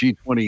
G20